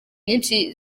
nyinshi